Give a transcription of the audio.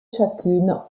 chacune